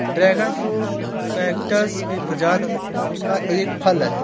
dragon fruit cactus की प्रजाति का एक फल है